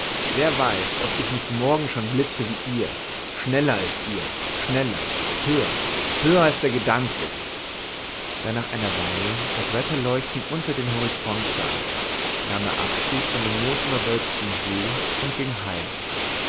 wer weiß ob ich nicht morgen schon blitze wie ihr schneller als ihr schneller höher höher als der gedanke da nach einer weile das wetterleuchten unter den horizont sank nahm er abschied von dem moosüberwölbten see und ging heim